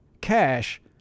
cash